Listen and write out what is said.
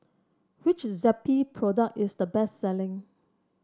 which Zappy product is the best selling